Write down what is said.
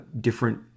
different